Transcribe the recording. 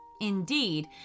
Indeed